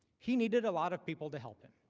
he needed a lot of people to help. and